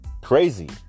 crazy